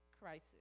crisis